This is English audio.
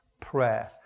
prayer